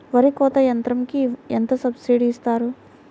వరి కోత యంత్రంకి ఎంత సబ్సిడీ ఇస్తారు?